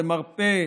מרפא,